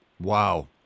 Wow